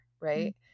Right